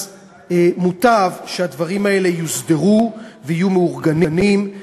אז מוטב שהדברים האלה יוסדרו ויהיו מאורגנים.